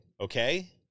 okay